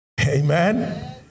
Amen